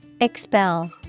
Expel